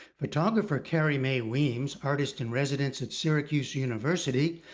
photographer carrie mae weems, artist in residence at syracuse university,